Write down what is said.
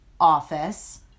office